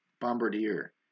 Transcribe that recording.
Bombardier